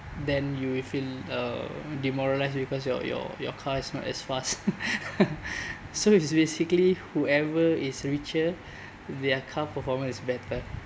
then you will feel uh demoralized because your your your car is not as fast so it's basically whoever is richer their car performance is better